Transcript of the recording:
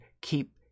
keep